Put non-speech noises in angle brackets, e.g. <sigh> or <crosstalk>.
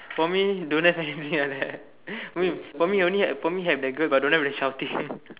for me don't have anything near there <laughs> for me for me only have for me have the girl but don't have the shouting <laughs>